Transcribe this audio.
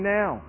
now